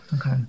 Okay